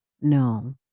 no